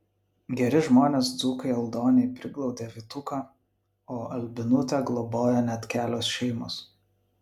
geri žmonės dzūkai aldoniai priglaudė vytuką o albinutę globojo net kelios šeimos